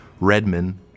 Redman